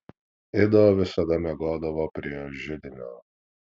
ido visada miegodavo prie židinio